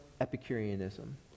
epicureanism